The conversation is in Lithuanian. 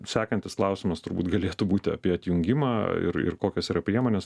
sekantis klausimas turbūt galėtų būti apie atjungimą ir ir kokios yra priemonės